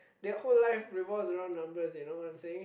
that whole life revolves around numbers you know what I'm saying